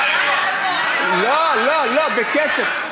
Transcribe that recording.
אנחנו מדברים על, לא, לא, לא, בכסף.